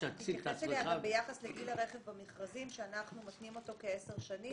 תתייחס ביחס לגיל הרכב במכרזים שאנחנו מתנים אותו כעשר שנים,